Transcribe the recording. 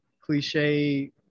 cliche